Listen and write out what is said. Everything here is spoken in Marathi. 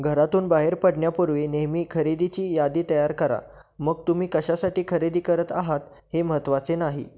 घरातून बाहेर पडण्यापूर्वी नेहमी खरेदीची यादी तयार करा मग तुम्ही कशासाठी खरेदी करत आहात हे महत्त्वाचे नाही